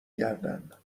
گردن